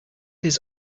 his